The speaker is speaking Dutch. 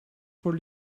voor